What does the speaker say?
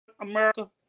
America